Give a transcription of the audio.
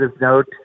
note